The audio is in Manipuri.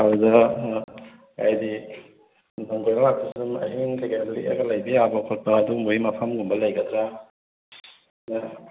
ꯑꯗꯨꯗ ꯍꯥꯏꯗꯤ ꯂꯝ ꯀꯣꯏꯕ ꯂꯥꯛꯄꯁꯤꯗ ꯑꯍꯤꯡ ꯀꯩ ꯀꯩ ꯂꯦꯛꯑꯒ ꯂꯩꯕ ꯌꯥꯕ ꯈꯣꯠꯄ ꯑꯗꯨꯒꯨꯝꯕꯒꯤ ꯃꯐꯝꯒꯨꯝꯕ ꯂꯩꯒꯗ꯭ꯔꯥ